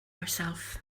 yourself